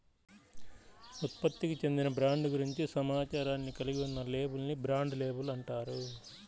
ఉత్పత్తికి చెందిన బ్రాండ్ గురించి సమాచారాన్ని కలిగి ఉన్న లేబుల్ ని బ్రాండ్ లేబుల్ అంటారు